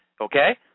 Okay